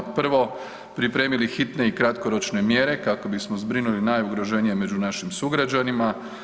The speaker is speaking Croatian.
Prvo, pripremili hitne i kratkoročne mjere kako bismo zbrinuli najugroženije među naših sugrađanima.